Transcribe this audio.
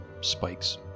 spikes